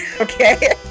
Okay